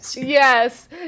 Yes